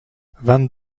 vingt